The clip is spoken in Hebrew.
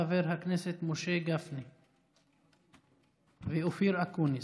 חבר הכנסת משה גפני וחבר הכנסת אופיר אקוניס.